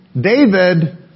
David